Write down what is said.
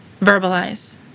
verbalize